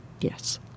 Yes